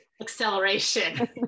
acceleration